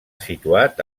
situat